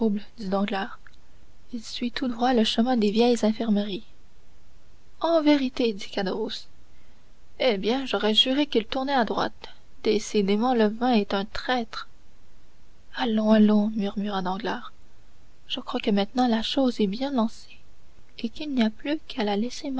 danglars il suit tout droit le chemin des vieilles infirmeries en vérité dit caderousse eh bien j'aurais juré qu'il tournait à droite décidément le vin est un traître allons allons murmura danglars je crois que maintenant la chose est bien lancée et qu'il n'y a plus qu'à la